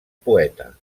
poeta